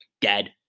dead